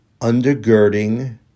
undergirding